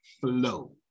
flow